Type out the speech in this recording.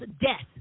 death